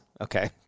Okay